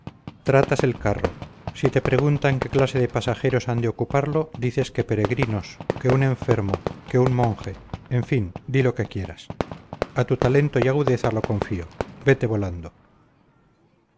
tratas el carro si te preguntan qué clase de pasajeros han de ocuparlo dices que peregrinos que un enfermo que un monje en fin di lo que quieras a tu talento y agudeza lo fío vete volando